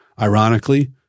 ironically